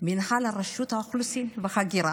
מינהל רשות האוכלוסין וההגירה,